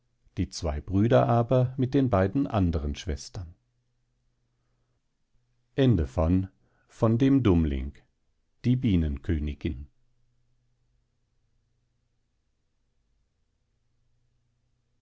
seine zwei brüder aber mit den beiden andern schwestern iii die